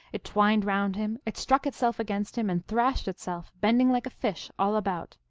it twined round him it struck itself against him, and thrashed itself, bending like a fish all about.